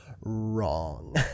Wrong